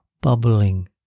bubbling